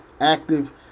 active